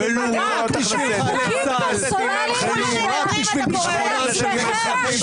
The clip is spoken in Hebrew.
חוקים פרסונליים בשביל עצמכם,